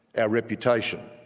our reputation,